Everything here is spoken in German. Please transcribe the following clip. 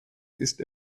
ist